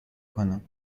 کنم